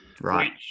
Right